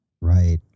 Right